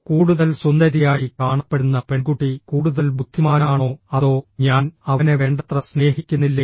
കൂടുതൽ സുന്ദരിയായി കാണപ്പെടുന്ന പെൺകുട്ടി കൂടുതൽ ബുദ്ധിമാനാണോ അതോ ഞാൻ അവനെ വേണ്ടത്ര സ്നേഹിക്കുന്നില്ലേ